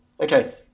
Okay